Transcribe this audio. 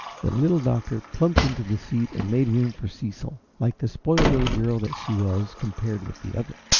the little doctor plumped into the seat and made room for cecil, like the spoiled little girl that she was, compared with the other.